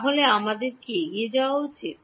তাহলে আমাদের কি এগিয়ে যাওয়া উচিত